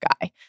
guy